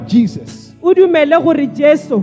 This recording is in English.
Jesus